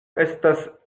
estas